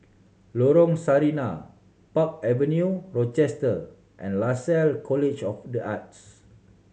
Lorong Sarina Park Avenue Rochester and Lasalle College of The Arts